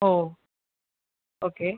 ஓ okay